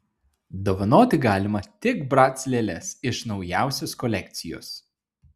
dovanoti galima tik brac lėles iš naujausios kolekcijos